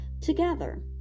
together